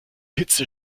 hitze